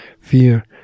Fear